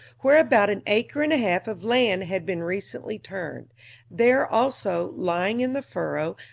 where about an acre and a half of land had been recently turned there also, lying in the furrow,